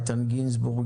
איתן גינזבורג,